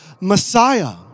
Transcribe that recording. Messiah